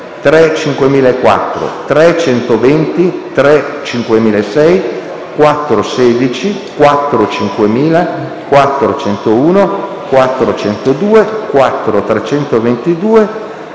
3.5004, 3.120, 3.5006, 4.16, 4.5000, 4.101, 4.102,